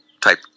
type